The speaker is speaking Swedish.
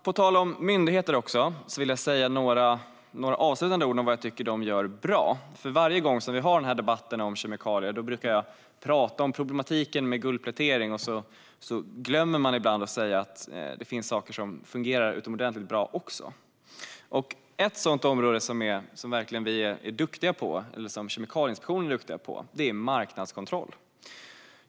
På tal om myndigheter vill jag också säga några avslutande ord om vad jag tycker att de gör bra. Varje gång som vi har den här debatten om kemikalier brukar jag prata om problematiken med guldplätering, och ibland glömmer man att säga att det även finns saker som fungerar utomordentligt bra. Ett sådant område som Kemikalieinspektionen verkligen är duktiga på är marknadskontroll.